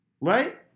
Right